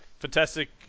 Fantastic